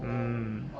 mm